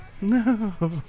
No